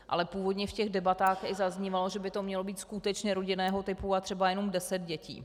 Ale původně v těch debatách i zaznívalo, že by to mělo být skutečně rodinného typu třeba jenom deset dětí.